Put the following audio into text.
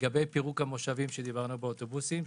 לגבי פירוק המושבים באוטובוסים,